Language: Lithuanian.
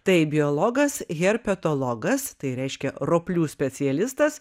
tai biologas herpetologas tai reiškia roplių specialistas